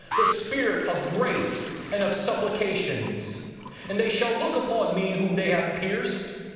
the spirit of grace and of supplications and they shall look upon me whom they have pierced,